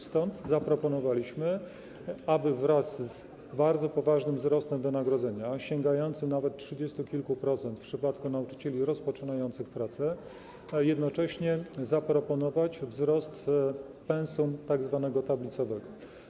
Stąd zaproponowaliśmy, aby wraz z bardzo poważnym wzrostem wynagrodzenia, sięgającym nawet trzydziestu kilku procent w przypadku nauczycieli rozpoczynających pracę, zaproponować wzrost pensum tzw. tablicowego.